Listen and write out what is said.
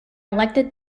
elected